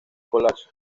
college